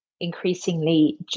increasingly